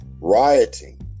rioting